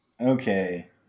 Okay